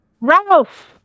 Ralph